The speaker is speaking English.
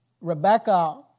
Rebecca